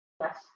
yes